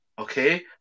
okay